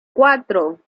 cuatro